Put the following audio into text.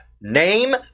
name